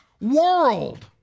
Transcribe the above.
world